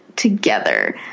Together